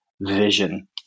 vision